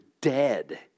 dead